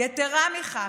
יתרה מזו,